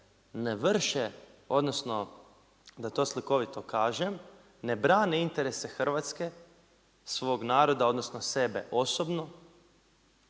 ne vrše, da to slikovito kažem ne brani interese Hrvatske, svog naroda odnosno sebe osobno,